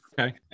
Okay